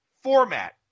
format